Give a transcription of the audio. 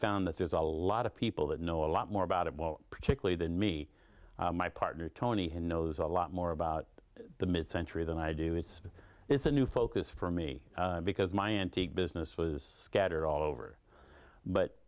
found that there's a lot of people that know a lot more about it well particularly than me my partner tony knows a lot more about the mid century than i do it's it's a new focus for me because my antique business was scattered all over but